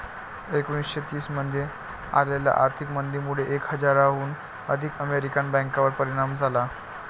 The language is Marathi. एकोणीसशे तीस मध्ये आलेल्या आर्थिक मंदीमुळे एक हजाराहून अधिक अमेरिकन बँकांवर परिणाम झाला